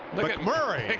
look at murray.